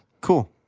Cool